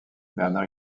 bernard